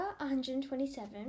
127